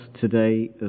today